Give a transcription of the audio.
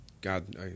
God